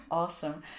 awesome